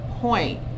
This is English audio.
point